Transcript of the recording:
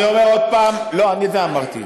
לא, את זה אמרתי.